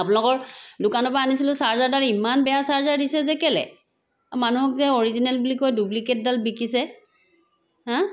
আপোনলোকৰ দোকানৰ পৰা আনিছিলো চাৰ্জাৰডাল ইমান বেয়া চাৰ্জাৰ দিছে যে কেলে মানুহক যে অৰিজিনেল বুলি কৈ ডোপ্লিকেটডাল বিকিছে হা